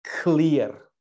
clear